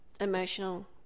emotional